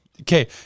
Okay